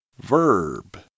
Verb